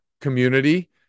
community